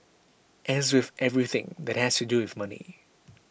as with everything that has to do with money